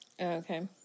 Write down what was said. Okay